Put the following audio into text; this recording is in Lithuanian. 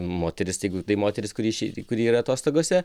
moteris jeigu tai moteris kuri išei kuri yra atostogose